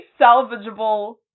salvageable